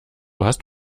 hast